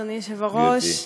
אדוני היושב-ראש,